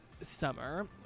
Summer